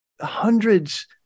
hundreds